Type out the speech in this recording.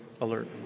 alert